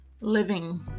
living